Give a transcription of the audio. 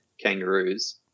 kangaroos